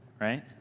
right